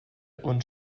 und